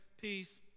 peace